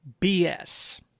BS